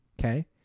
okay